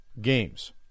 games